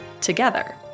together